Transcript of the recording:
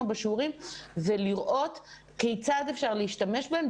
בשיעורים ולראות כיצד אפשר להשתמש בהם.